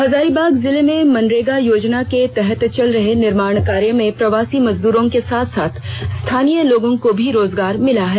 हजारीबाग जिले में मनरेगा योजना के तहत चल रहे निर्माण कार्य में प्रवासी मजदूरों के साथ साथ स्थानीय लोगों को भी रोजगार मिल रहा है